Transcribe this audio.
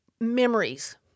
memories